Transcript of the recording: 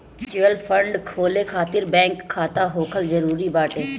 mutual fund खोले खातिर bank खाता होखल जरुरी बाटे